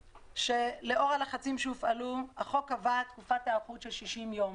לאור הלחצים שהופעלו החוק עבד בתקופת היערכות של 60 יום